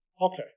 Okay